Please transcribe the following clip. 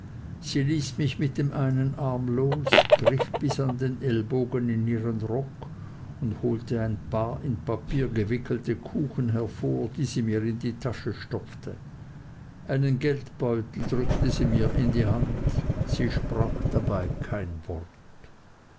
sie ließ mich mit dem einen arm los griff bis an den ellbogen in ihren rock und holte ein paar in papier gewickelte kuchen hervor die sie mir in die tasche stopfte einen geldbeutel drückte sie mir in die hand sie sprach dabei kein wort